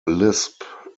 lisp